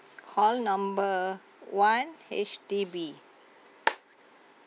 call number one H_D_B